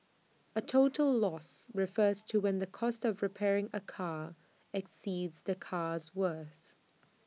A total loss refers to when the cost of repairing A car exceeds the car's worth